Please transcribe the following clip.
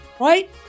Right